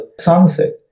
sunset